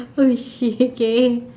holy shit okay